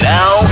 Now